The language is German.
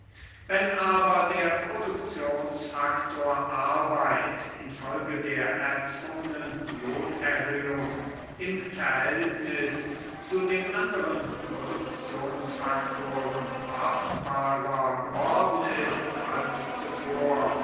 wenn aber der produktionsfaktor arbeit infolge der erzwungenen lohnerhöhung im verhältnis zu den anderen produktionsfaktoren kostbarer geworden ist als zuvor